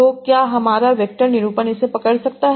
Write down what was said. तो क्या हमारा वेक्टर निरूपण इसे पकड़ सकता है